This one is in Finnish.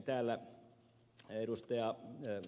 täällä ed